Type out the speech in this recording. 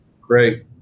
Great